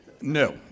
no